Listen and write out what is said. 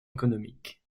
économique